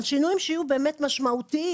אבל שינויים שיהיו באמת משמעותיים,